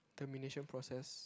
termination process